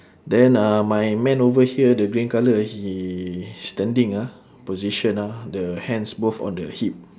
then uh my man over here the green colour he standing ah position ah the hands both on the hip